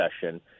session